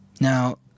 Now